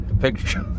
picture